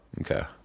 Okay